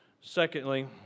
Secondly